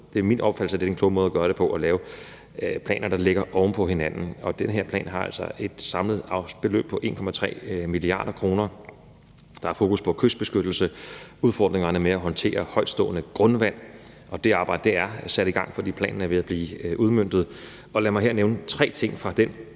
er det min opfattelse, at det er den kloge måde at gøre det på, altså at lave planer, der ligger oven på hinanden. Og den her plan har altså et samlet beløb på 1,3 mia. kr. Der er fokus på kystbeskyttelse og udfordringerne med at håndtere højtstående grundvand, og det arbejde er sat i gang, for planen er ved at blive udmøntet. Lad mig her nævne tre ting fra den